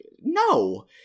No